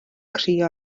crio